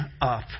up